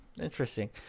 Interesting